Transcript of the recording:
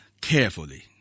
carefully